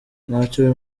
ntacyo